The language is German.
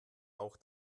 auch